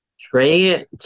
Trey